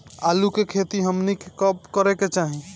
आलू की खेती हमनी के कब करें के चाही?